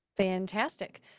fantastic